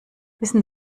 wissen